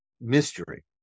mystery